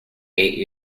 hate